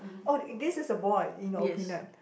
oh this is a boy in your opinion